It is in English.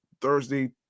thursday